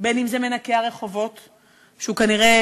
בין אם זה מנקה הרחובות שהוא כנראה